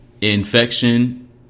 Infection